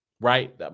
right